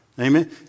Amen